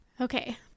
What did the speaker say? Okay